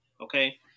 okay